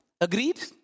Agreed